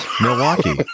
Milwaukee